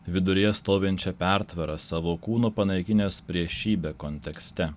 viduryje stovinčią pertvarą savo kūnu panaikinęs priešybę kontekste